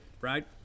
right